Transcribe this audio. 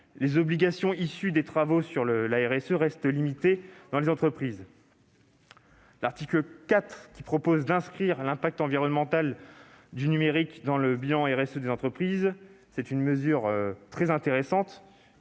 les obligations issues des travaux sur la RSE restent limitées dans les entreprises. L'article 4 prévoit d'inscrire l'impact environnemental du numérique dans le bilan RSE des entreprises. Cette mesure, complétée par